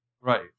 right